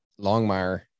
Longmire